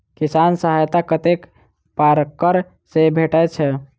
किसान सहायता कतेक पारकर सऽ भेटय छै?